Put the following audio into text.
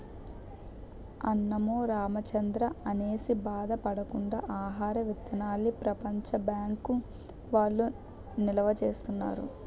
అన్నమో రామచంద్రా అనేసి బాధ పడకుండా ఆహార విత్తనాల్ని ప్రపంచ బ్యాంకు వౌళ్ళు నిలవా సేత్తన్నారు